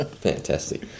Fantastic